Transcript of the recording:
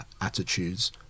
attitudes